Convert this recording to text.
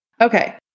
Okay